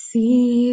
See